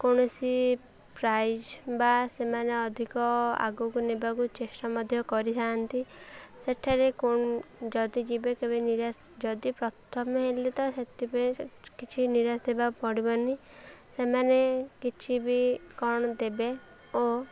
କୌଣସି ପ୍ରାଇଜ୍ ବା ସେମାନେ ଅଧିକ ଆଗକୁ ନେବାକୁ ଚେଷ୍ଟା ମଧ୍ୟ କରିଥାନ୍ତି ସେଠାରେ କ'ଣ ଯଦି ଯିବେ କେବେ ନିରାଶ ଯଦି ପ୍ରଥମେ ହେଲେ ତ ସେଥିପାଇଁ କିଛି ନିରାଶ ହେବାକୁ ପଡ଼ିବନି ସେମାନେ କିଛି ବି କ'ଣ ଦେବେ ଓ